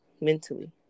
mentally